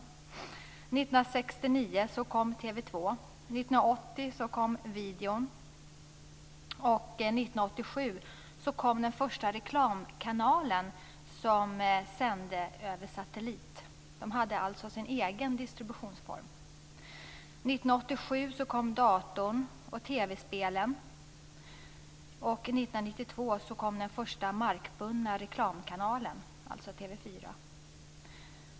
1969 kom TV 2, 1980 kom videon och 1987 kom den första reklamkanalen som sände över satellit. Man hade alltså sin egen distributionsform. 1987 kom också datorn och TV-spelen, och 1992 kom den första markbundna reklamkanalen, alltså TV 4.